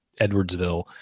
Edwardsville